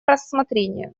рассмотрения